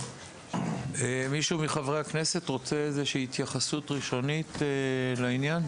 מישהו מחברי הכנסת רוצה איזושהי התייחסות ראשונית לעניין?